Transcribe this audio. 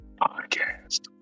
Podcast